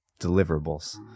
deliverables